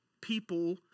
people